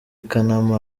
kanama